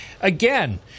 again